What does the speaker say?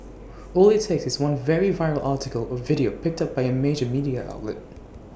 all IT takes is one very viral article or video picked up by A major media outlet